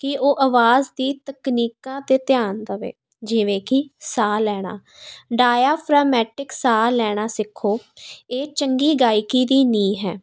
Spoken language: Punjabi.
ਕਿ ਉਹ ਆਵਾਜ਼ ਦੀ ਤਕਨੀਕਾਂ 'ਤੇ ਧਿਆਨ ਦੇਵੇ ਜਿਵੇਂ ਕਿ ਸਾਹ ਲੈਣਾ ਡਾਇਆਰਾਮੈਟਿਕ ਸਾਹ ਲੈਣਾ ਸਿੱਖੋ ਇਹ ਚੰਗੀ ਗਾਇਕੀ ਦੀ ਨੀਂਹ ਹੈ